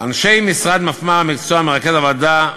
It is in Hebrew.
אנשי המשרד: מפמ"ר המקצוע, מרכז הוועדה,